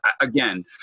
again